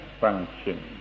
function